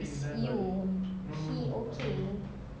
it's you he okay